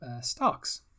stocks